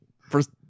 first